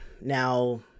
Now